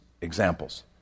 examples